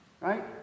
Right